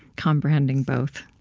comprehending both.